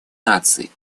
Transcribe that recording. наций